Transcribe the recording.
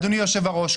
אדוני היושב-ראש,